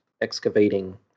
excavating